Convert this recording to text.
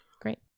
Great